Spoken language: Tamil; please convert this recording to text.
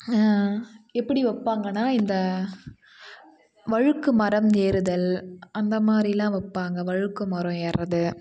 எப்படி வைப்பாங்கன்னா இந்த வழுக்கு மரம் ஏறுதல் அந்த மாதிரிலாம் வைப்பாங்க வழுக்கு மரம் ஏறுகிறது